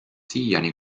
siiani